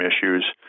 issues